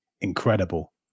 incredible